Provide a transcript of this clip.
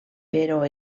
però